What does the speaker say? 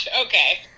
Okay